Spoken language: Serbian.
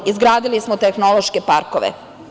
Izgradili smo tehnološke parkove.